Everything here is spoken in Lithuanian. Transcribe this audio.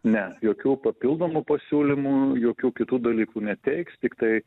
ne jokių papildomų pasiūlymų jokių kitų dalykų neteiks tiktai